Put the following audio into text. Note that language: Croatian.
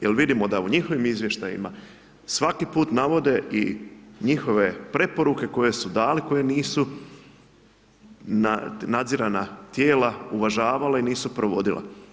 Jer vidimo da u njihovim izvještajima, svaki put navode i njihove preporuke koje su dali, koje nisu nadzirana cijela, nisu uvažavale, nisu provodila.